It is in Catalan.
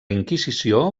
inquisició